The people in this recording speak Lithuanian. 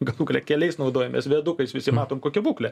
galu gale keliais naudojamės viadukais visi matom kokia būklė